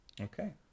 Okay